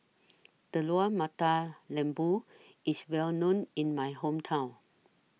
Telur Mata Lembu IS Well known in My Hometown